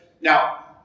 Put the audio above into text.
Now